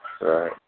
Right